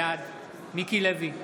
בעד מיקי לוי,